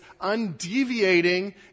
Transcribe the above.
undeviating